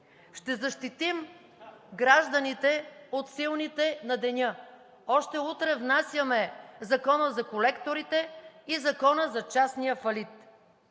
Ще защитим гражданите от силните на деня. Още утре внасяме Закона за колекторите и Закона за частния фалит.